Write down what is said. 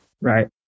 right